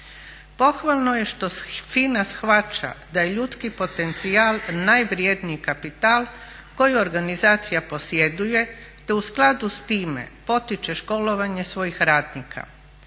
Pohvalno je što FINA shvaća da je ljudski potencijal najvredniji kapital koji organizacija posjeduje, te u skladu sa time potiče školovanje svojih radnika.